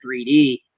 3D